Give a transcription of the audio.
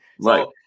Right